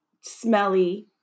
smelly